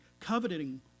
coveting